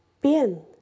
bien